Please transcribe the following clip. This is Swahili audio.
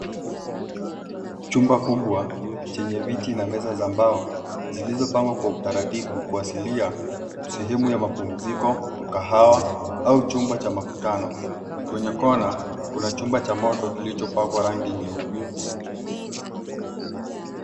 Chumba kubwa chenye viti na meza za mbao zilizopangwa kwa utaratibu, kuwasilia sehemu ya mapumziko, mkahawa au chumba cha makutano. Kwenye kona, kuna chumba cha moto kilichopakwa rangi nyeupe.